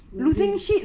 moving